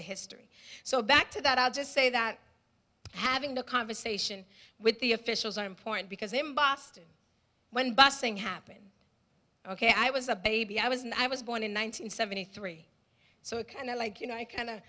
the history so back to that i'll just say that having a conversation with the officials are important because in boston when busing happened ok i was a baby i was and i was born in one nine hundred seventy three so it kind of like you know i kind